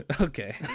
Okay